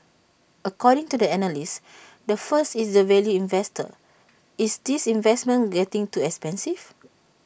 according to the analyst the first is the value investor is this investment getting too expensive